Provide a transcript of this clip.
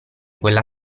quella